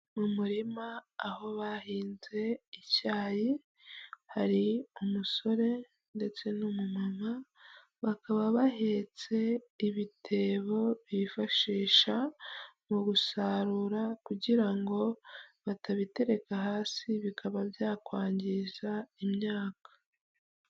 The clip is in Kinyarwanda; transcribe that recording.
Mu murima aho bahinze icyayi hari umusore ndetse n'umumama bakaba bahetse ibitebo bifashisha mu gusarura kugira ngo batabitereka hasi bikaba byakwangiza imyaka.